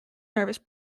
nervous